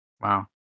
Wow